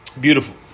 beautiful